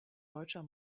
deutscher